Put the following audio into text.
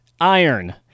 Iron